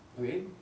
okay